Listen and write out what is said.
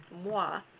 Moi